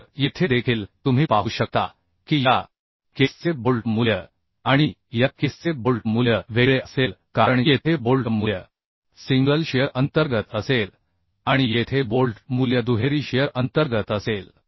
तर येथे देखील तुम्ही पाहू शकता की या केसचे बोल्ट मूल्य आणि या केसचे बोल्ट मूल्य वेगळे असेल कारण येथे बोल्ट मूल्य सिंगल शिअर अंतर्गत असेल आणि येथे बोल्ट मूल्य दुहेरी शिअर अंतर्गत असेल